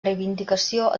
reivindicació